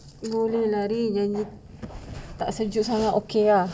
boleh tak sejuk sangat okay ah